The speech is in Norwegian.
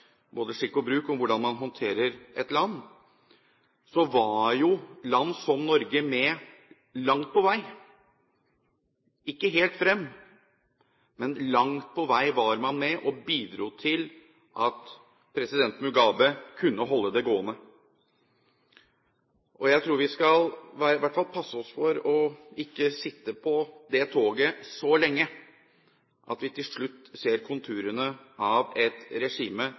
både er skikk og bruk, og hvordan man håndterer et land, gjorde jo at land som Norge langt på vei – ikke helt frem, men langt på vei – bidro til at president Mugabe kunne holde det gående. Jeg tror vi i hvert fall skal passe oss for ikke å sitte på det toget så lenge at vi til slutt ser konturene av et regime